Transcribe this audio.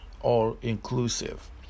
all-inclusive